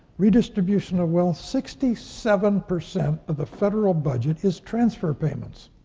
redistribution of wealth, sixty seven percent of the federal budget is transfer payments.